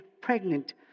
pregnant